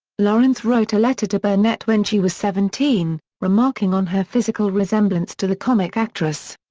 lawrence wrote a letter to burnett when she was seventeen, remarking on her physical resemblance to the comic actress.